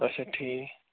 اچھا ٹھیٖک